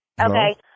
Okay